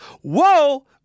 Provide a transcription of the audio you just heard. Whoa